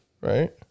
right